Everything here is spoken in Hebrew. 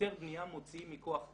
היתר בניה מוציאים מכוח תוכנית.